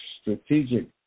strategic